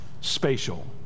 spatial